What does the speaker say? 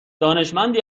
دانشمندی